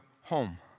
home